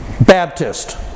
Baptist